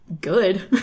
good